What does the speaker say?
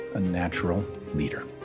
a natural leader.